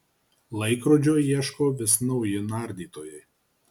laikrodžio ieško vis nauji nardytojai